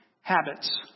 Habits